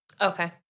Okay